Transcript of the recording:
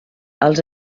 els